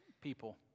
people